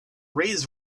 raised